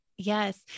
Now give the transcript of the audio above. Yes